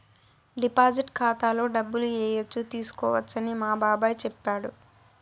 deposit ఖాతాలో డబ్బులు ఏయచ్చు తీసుకోవచ్చని మా బాబాయ్ చెప్పాడు